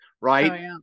right